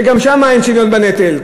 שגם שם אין שוויון בנטל?